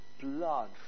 blood